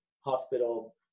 hospital